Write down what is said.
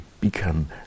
become